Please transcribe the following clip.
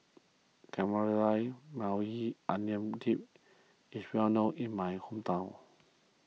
Maui Onion Dip is well known in my hometown